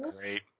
great